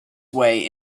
way